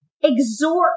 exhort